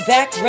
Back